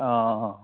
অঁ অঁ